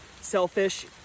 selfish